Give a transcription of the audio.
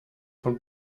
von